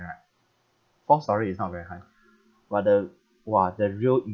right fourth storey is not very high but the !wah! the real